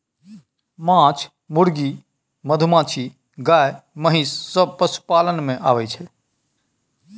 माछ, मुर्गी, मधुमाछी, गाय, महिष सब पशुपालन मे आबय छै